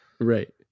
Right